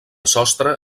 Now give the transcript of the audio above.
sostre